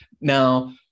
Now